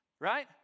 right